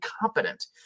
competent